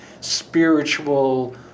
spiritual